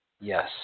Yes